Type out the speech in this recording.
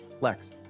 Lex